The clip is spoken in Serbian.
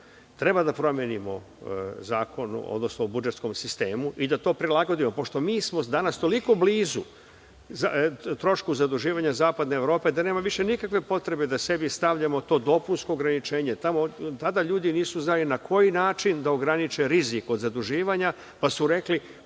Treba da promenimo Zakon o budžetskom sistemu i da to prilagodimo. Mi smo danas toliko blizu trošku zaduživanja zapadne Evrope da nema više nikakve potrebe da sebi stavljamo to dopunsko ograničenje. Tada ljudi nisu znali na koji način da ograniče rizik od zaduživanja, pa su rekli